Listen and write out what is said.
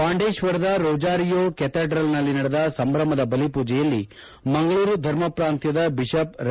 ಪಾಂಡೇಶ್ವರದ Rosario cathedral ನಲ್ಲಿ ನಡೆದ ಸಂಭ್ರಮದ ಬಲಿ ಪೂಜೆಯಲ್ಲಿ ಮಂಗಳೂರು ಧರ್ಮ ಪ್ರಾಂತ್ಯದ ಬಿಷಪ್ ರೆ